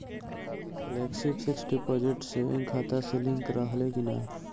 Flexi fix deposit saving खाता से link रहले कि ना?